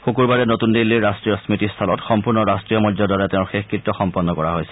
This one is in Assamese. শুকূৰবাৰে নতুন দিল্লীৰ ৰাষ্টীয় স্মৃতি স্থলত সম্পূৰ্ণ ৰাষ্টীয় মৰ্যাদাৰে তেওঁৰ শেষকত্য সম্পন্ন কৰা হৈছিল